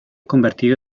convertido